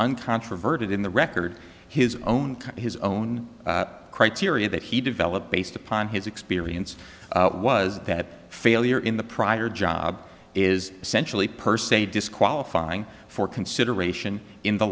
uncontroverted in the record his own his own criteria that he developed based upon his experience was that failure in the prior job is essentially per se disqualifying for consideration in the